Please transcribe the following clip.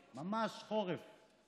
ממש חורף.